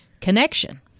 connection